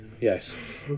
Yes